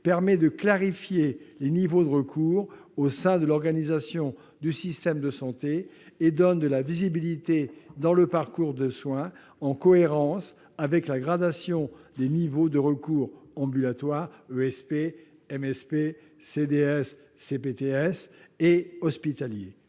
permet de clarifier les niveaux de recours au sein de l'organisation du système de santé et donne de la visibilité dans le parcours de soins, en cohérence avec la gradation des niveaux de recours ambulatoires- équipe de soins